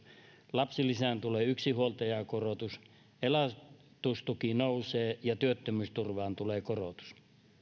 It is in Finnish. lapsilisään tulee yksinhuoltajakorotus elatustuki nousee ja työttömyysturvaan tulee korotus